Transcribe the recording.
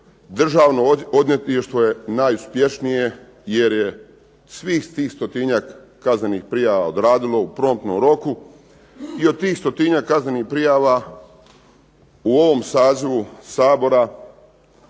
Državno odvjetništvo je najuspješnije, jer je svih tih stotinjak kaznenih prijava odradilo u promptnom roku. I od tih stotinjak kaznenih prijava u ovom sazivu Sabor